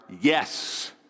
yes